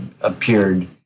appeared